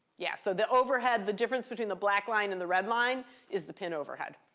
yeah. so the overhead, the difference between the black line and the red line is the pin overhead.